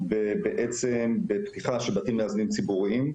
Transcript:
בעצם בפתיחה של בתים מאזנים ציבוריים,